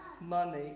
money